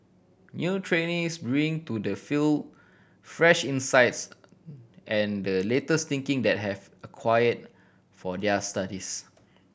new trainees bring to the field fresh insights and the latest thinking that have acquire for their studies